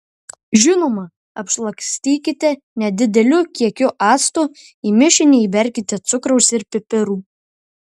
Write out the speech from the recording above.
žinoma apšlakstykite nedideliu kiekiu acto į mišinį įberkite cukraus ir pipirų